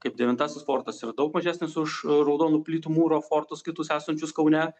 kaip devintasis fortas yra daug mažesnis už raudonų plytų mūro fortus kitus esančius kaune